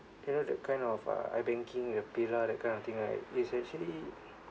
you know that kind of uh iBanking you have PayLah that kind of thing right is actually